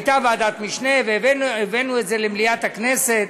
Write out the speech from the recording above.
הייתה ועדת משנה והבאנו את זה למליאת הכנסת,